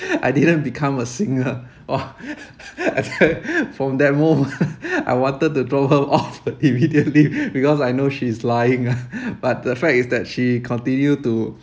I didn't become a singer orh I tell you from that moment I wanted to drop her off immediately because I know she's lying ah but the fact is that she continue to